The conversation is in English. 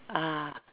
ah